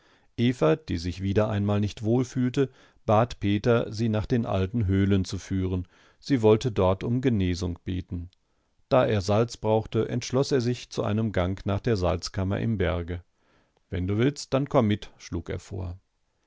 eva die sich wieder einmal nicht wohl fühlte bat peter sie nach den alten höhlen zu führen sie wollte dort um genesung beten da er salz brauchte entschloß er sich zu einem gang nach der salzkammer im berge wenn du willst dann komm mit schlug er vor